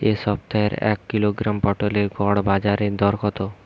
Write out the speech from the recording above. এ সপ্তাহের এক কিলোগ্রাম পটলের গড় বাজারে দর কত?